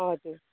हजुर